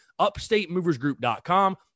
upstatemoversgroup.com